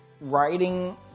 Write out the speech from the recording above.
writing